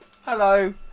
Hello